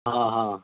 ہاں ہاں